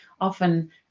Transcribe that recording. often